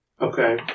Okay